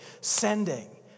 sending